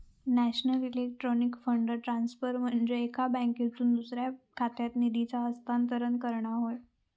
national electronic fund transfer म्हनजे एका बँकेतसून दुसऱ्या खात्यात निधीचा हस्तांतरण करणा होय